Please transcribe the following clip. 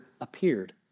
appeared